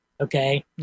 Okay